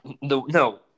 No